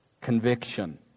conviction